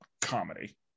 comedy